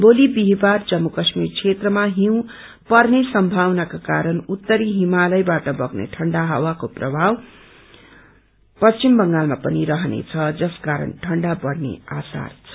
भोलि बिहिवार जम्मू कश्मीर क्षेत्रमा हिँउ पर्ने सम्थावनाको क्वारण उत्तरी हिमालयबाट बग्ने ठण्डा हावाको प्रशाव पश्चिम बंगालमा पनि रहनेछ जस कारण ठण्डा बढ़ने आसार छ